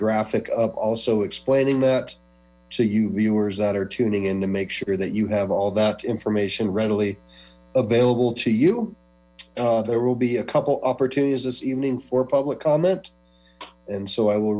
graphic also explaining that to you viewers that are tuning in to make sure that you have all that information readily available to you there will be a couple opportunities this evening for public comment and so i will